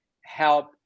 help